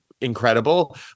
incredible